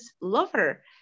lover